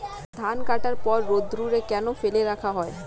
ধান কাটার পর রোদ্দুরে কেন ফেলে রাখা হয়?